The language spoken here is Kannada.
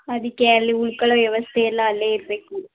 ಅದಕ್ಕೆ ಅಲ್ಲಿ ಉಳ್ಕೊಳ್ಳೋ ವ್ಯವಸ್ಥೆಯೆಲ್ಲ ಅಲ್ಲೇ ಇರಬೇಕು